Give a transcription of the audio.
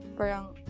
parang